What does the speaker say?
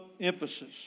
emphasis